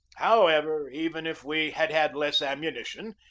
however, even if we had had less ammunition,